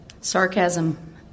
Sarcasm